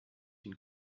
une